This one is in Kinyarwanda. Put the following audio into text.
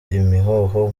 imihoho